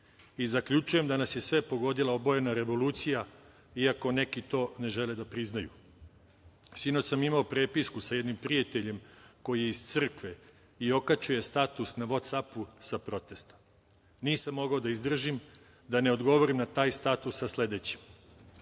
Zaključujem da nas je sve pogodila obojena revolucija, iako neki to ne žele da priznaju. Sinoć sam imao prepisku sa jednim prijateljom koji je iz crkve i okačio je status na „Votc apu“ sa protesta. Nisam mogao da izdržim da ne odgovorim na taj status sa sledećim